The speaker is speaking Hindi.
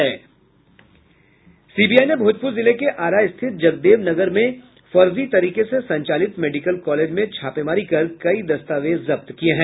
सीबीआई ने भोजपुर जिले के आरा स्थित जगदेव नगर में फर्जी तरीके से संचालित मेडिकल कॉलेज में छापेमारी कर कई दस्तावेज जब्त किये हैं